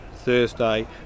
Thursday